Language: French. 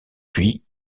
puis